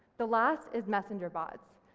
the last is messenger bots.